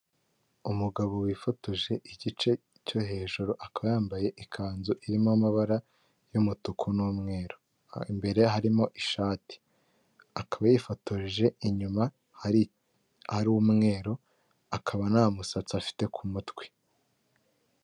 Umugabo wifotoje igice cyo hejuru akaba yambaye ikanzu irimo amabara y'umutuku n'umweru, imbere harimo ishati akaba yifotoreje inyuma hari umweru akaba nta musatsi afite ku mutwe.